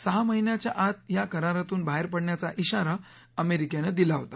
सहा महिन्याच्या आत या करारातून बाहेर पडण्याचा ्राारा अमेरिकेनं दिला होता